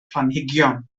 planhigion